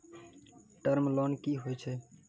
Term loan कि होय छै?